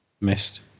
missed